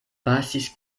pasis